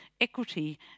equity